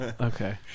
Okay